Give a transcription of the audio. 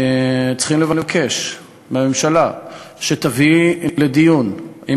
שאנחנו צריכים לבקש מהממשלה שתביא לדיון ציבורי,